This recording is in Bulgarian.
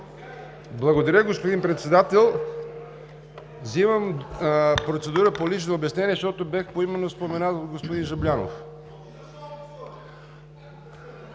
Благодаря, господин Председател. Вземам процедура по лично обяснение, защото бях поименно споменат от господин Жаблянов.